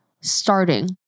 starting